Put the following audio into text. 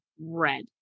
red